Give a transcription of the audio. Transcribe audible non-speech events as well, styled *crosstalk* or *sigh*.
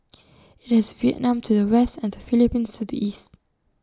*noise* IT has Vietnam to the west and the Philippines to the east